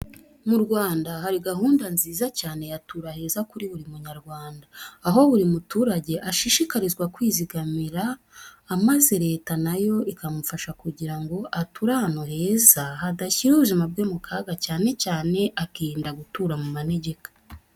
Mu Rwanda hari gahunda nziza cyane ya Tura Heza kuri buri Munyarwanda, aho buri muturage ashishikarizwa kwizigamira maze leta na yo ikamufasha kugira ngo ature ahantu heza, hadashyira ubuzima bwe mu kaga, cyane cyane akirinda gutura mu manegeka.